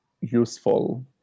useful